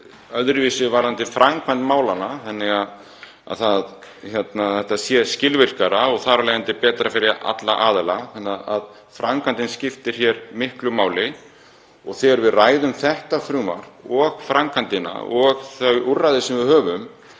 öðruvísi varðandi framkvæmd málanna þannig að þetta sé skilvirkara og þar af leiðandi betra fyrir alla aðila. Framkvæmdin skiptir hér miklu máli. Þegar við ræðum þetta frumvarp, framkvæmdina og þau úrræði sem við höfum